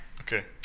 Okay